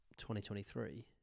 2023